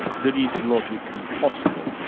that is logically possible,